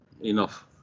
enough